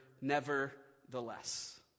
nevertheless